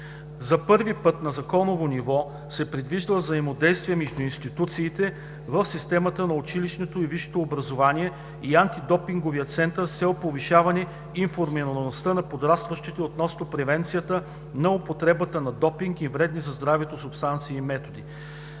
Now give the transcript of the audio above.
За пръв път на законово ниво се предвижда взаимодействие между институциите в системата на училищното и висшето образование и Антидопинговия център с цел повишаване на информираността на подрастващите относно превенцията на употребата на допинг и вредни за здравето субстанции и методи.